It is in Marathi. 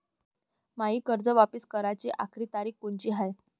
मायी कर्ज वापिस कराची आखरी तारीख कोनची हाय?